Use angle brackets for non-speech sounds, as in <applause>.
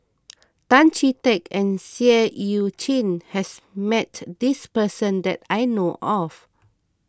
<noise> Tan Chee Teck and Seah Eu Chin has met this person that I know of